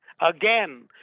again